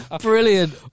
Brilliant